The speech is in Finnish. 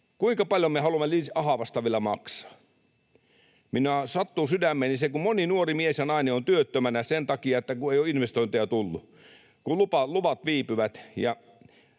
Kuinka paljon me haluamme ahavasta vielä maksaa? Minua sattuu sydämeeni se, kun moni nuori mies ja nainen on työttömänä sen takia, kun ei ole investointeja tullut, kun luvat viipyvät